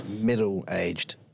middle-aged